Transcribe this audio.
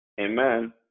amen